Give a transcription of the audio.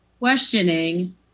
questioning